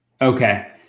Okay